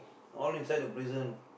all inside the prison